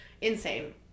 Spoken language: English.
Insane